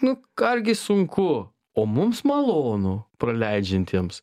nu argi sunku o mums malonu praleidžiantiems